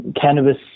cannabis